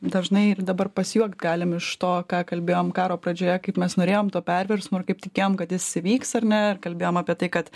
dažnai ir dabar pasijuokt galim iš to ką kalbėjom karo pradžioje kaip mes norėjom to perversmo ir kaip tikėjom kad jis įvyks ar ne ir kalbėjom apie tai kad